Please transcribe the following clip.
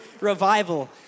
revival